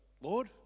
Lord